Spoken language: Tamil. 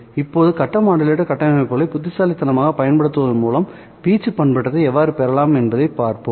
இப்போது கட்ட மாடுலேட்டர் கட்டமைப்புகளை புத்திசாலித்தனமாக பயன்படுத்துவதன் மூலம் வீச்சு பண்பேற்றத்தை எவ்வாறு பெறலாம் என்பதைப் பார்ப்போம்